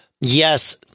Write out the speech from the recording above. yes